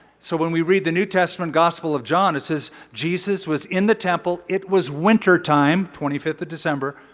so when we read the new testament gospel of john it says, jesus was in the temple, it was winter time twenty fifth of december